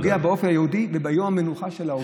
פוגע באופי היהודי וביום המנוחה של העובדים.